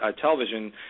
television